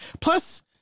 plus